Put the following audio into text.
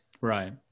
right